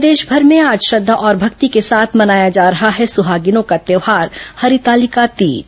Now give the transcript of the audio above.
प्रदेशभर में आज श्रद्धा और भक्ति के साथ मनाया जा रहा है सुहागिनों का त्यौहार हरितालिका तीज